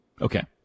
Okay